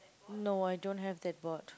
no I don't have that board